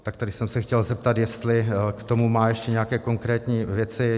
Tak tady jsem se chtěl zeptat, jestli k tomu má ještě nějaké konkrétní věci.